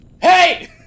Hey